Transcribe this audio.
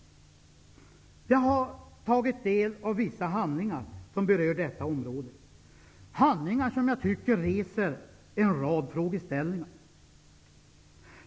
Jag har tagit del av vissa handlingar som berör detta område, handlingar som jag tycker reser en rad frågor.